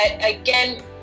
again